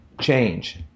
change